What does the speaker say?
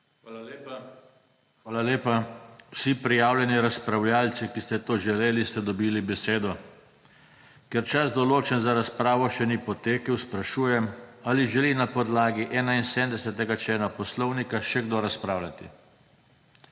JOŽE TANKO: Hvala lepa. Vsi prijavljeni razpravljavci, ki ste to želeli, ste dobili besedo. Ker čas, določen za razpravo, še ni potekel, sprašujem, ali želi na podlagi 71. člena Poslovnika še kdo razpravljati?